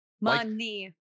Money